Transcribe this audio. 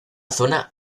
zona